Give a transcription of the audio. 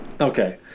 Okay